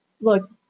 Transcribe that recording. look